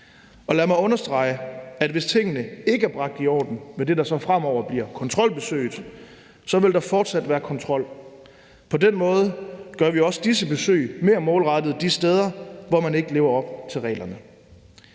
Og lad mig understrege, at hvis tingene ikke er bragt i orden med det, der så fremover bliver kontrolbesøget, vil der fortsat være kontrol. På den måde gør vi også disse besøg mere målrettet de steder, hvor man ikke lever op til reglerne.